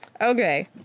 okay